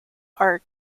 are